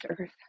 earth